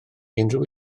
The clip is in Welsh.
unrhyw